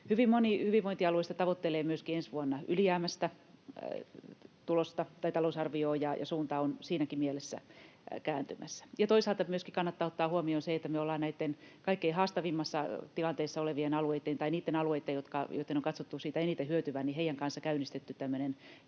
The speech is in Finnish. Hyvin moni hyvinvointialueista tavoittelee myöskin ensi vuonna ylijäämäistä tulosta tai talousarviota, ja suunta on siinäkin mielessä kääntymässä. Toisaalta myöskin kannattaa ottaa huomioon se, että me ollaan näitten kaikkein haastavimmassa tilanteissa olevien alueitten — tai niitten alueitten, joitten on katsottu siitä eniten hyötyvän — kanssa käynnistetty tämmöinen